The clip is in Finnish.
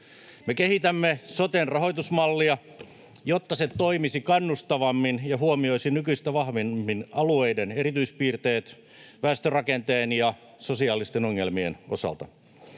Me kehitämme soten rahoitusmallia, jotta se toimisi kannustavammin ja huomioisi nykyistä vahvemmin alueiden erityispiirteet väestörakenteen ja sosiaalisten ongelmien osalta.